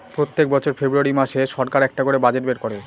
প্রত্যেক বছর ফেব্রুয়ারী মাসে সরকার একটা করে বাজেট বের করে